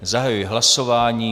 Zahajuji hlasování.